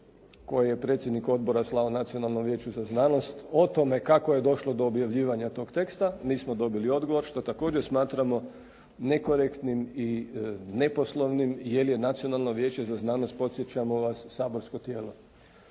koje je predsjednik odbora slao Nacionalnom vijeću za znanost o tome kako je došlo do objavljivanja toga teksta, nismo dobili odgovor što također smatramo nekorektnim i neposlovnim jel' je Nacionalno vijeće za znanost podsjećamo vas saborsko tijelo.